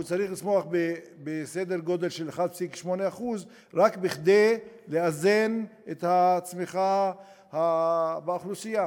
הוא צריך לצמוח בסדר גודל של 1.8% רק כדי לאזן את הצמיחה באוכלוסייה.